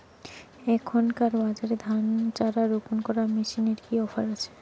এখনকার বাজারে ধানের চারা রোপন করা মেশিনের কি অফার আছে?